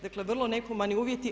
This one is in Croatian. Dakle, vrlo nehumani uvjeti.